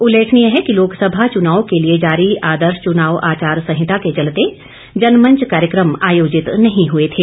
उल्लेखनीय है कि लोकसभा चुनाव के लिए जारी आदर्श चुनाव आचार संहिता के चलते जनमंच कार्यक्रम आयोजित नहीं हुए थे